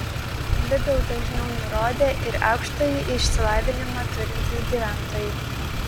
lidl dažniau nurodė ir aukštąjį išsilavinimą turintys gyventojai